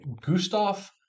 Gustav